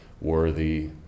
worthy